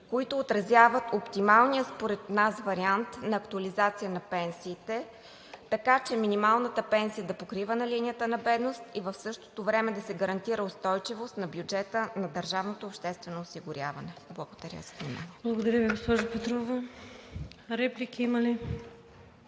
които отразяват оптималния според нас вариант на актуализация на пенсиите, така че минималната пенсия да покрива линията на бедност и в същото време да се гарантира устойчивост на бюджета на държавното обществено осигуряване. Благодаря за вниманието. ПРЕДСЕДАТЕЛ ВИКТОРИЯ ВАСИЛЕВА: Благодаря Ви, госпожо Петрова. Реплики има ли?